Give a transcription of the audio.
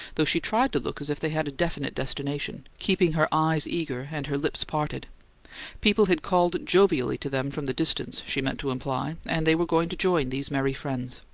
though she tried to look as if they had a definite destination, keeping her eyes eager and her lips parted people had called jovially to them from the distance, she meant to imply, and they were going to join these merry friends.